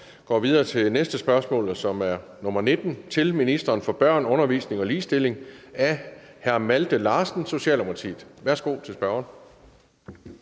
Vi går videre til det næste spørgsmål. Det er også til ministeren for børn, undervisning og ligestilling af hr. Malte Larsen, Socialdemokratiet. Kl. 17:18 Spm. nr.